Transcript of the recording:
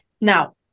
Now